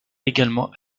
également